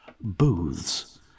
Booth's